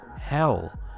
hell